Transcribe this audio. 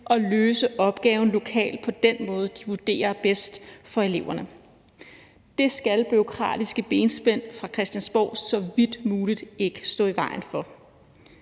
og løse opgaven lokalt på den måde, de vurderer er den bedste for eleverne. Det skal bureaukratiske benspænd fra Christiansborg så vidt muligt ikke stå i vejen for.